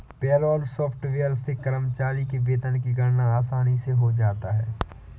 payroll software से कर्मचारी के वेतन की गणना आसानी से हो जाता है